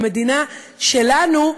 במדינה שלנו,